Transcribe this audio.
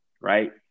right